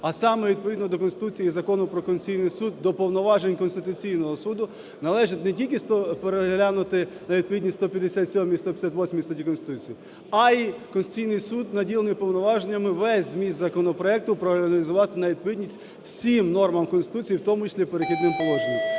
А саме відповідно до Конституції і Закону про Конституційний Суд до повноважень Конституційного Суду належить не тільки переглянути на відповідність 157-й, 158 статті Конституції, а й Конституційний Суд наділений повноваженнями весь зміст законопроекту проаналізувати на відповідність всім нормам Конституції, в тому числі "Перехідним положенням".